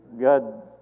God